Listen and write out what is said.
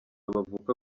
bavuka